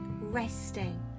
resting